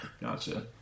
Gotcha